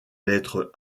lettre